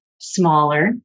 smaller